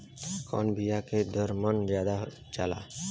कवने बिया के दर मन ज्यादा जाला?